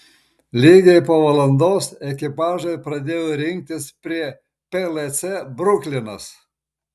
lygiai po valandos ekipažai pradėjo rinktis prie plc bruklinas